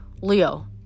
Leo